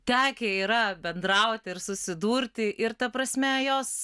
tekę yra bendrauti ir susidurti ir ta prasme jos